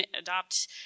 adopt